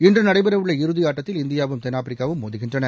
இன்று நடைபெறவுள்ள இறுதி ஆட்டத்தில் இந்தியாவும் தெள் ஆப்பிரிக்காவும் மோதுகின்றன